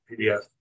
PDF